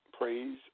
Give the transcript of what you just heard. Praise